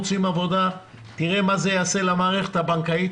תראה מה זה יעשה למערכת הבנקאית,